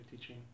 teaching